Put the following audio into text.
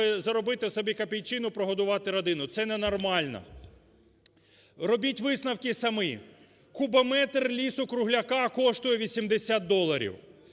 заробити собі копійчину, прогодувати родину. Це ненормально. Робіть висновки самі. Кубометр лісу-кругляка коштує 80 доларів.